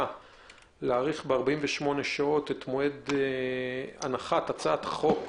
להאריך ב-48 שעות את מועד הנחת הצעת חוק